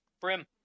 brim